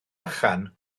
bychan